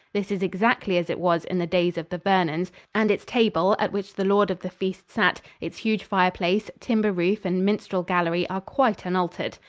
this is exactly as it was in the days of the vernons, and its table, at which the lord of the feast sat, its huge fireplace, timber roof and minstrel gallery are quite unaltered.